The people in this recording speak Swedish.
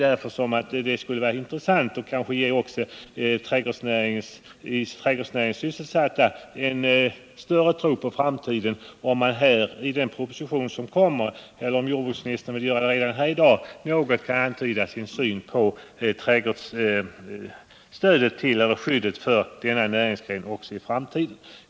Därför skulle det vara intressant — och kanske ge de i trädgårdsnäringen sysselsatta en större tro på framtiden — om jordbruksministern redan här i dag något kunde antyda sin syn på stödet för denna näringsgren i framtiden.